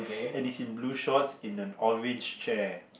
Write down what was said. and he's in blue shorts in an orange chair